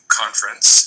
conference